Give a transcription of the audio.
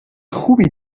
خوبی